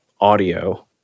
audio